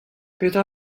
petra